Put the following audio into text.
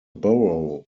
borough